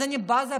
אז אני בזה לכם.